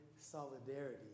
solidarity